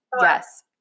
Yes